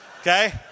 okay